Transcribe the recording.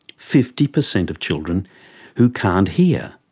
fifty per cent of children who can't hear.